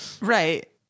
Right